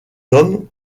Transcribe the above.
hommes